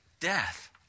death